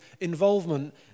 involvement